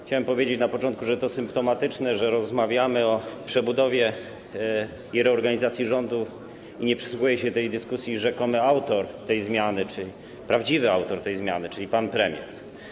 Chciałbym na początku powiedzieć, że to symptomatyczne, że rozmawiamy o przebudowie i reorganizacji rządu i nie przysłuchuje się tej dyskusji rzekomy autor tej zmiany, czy prawdziwy autor tej zmiany, czyli pan premier.